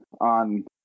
on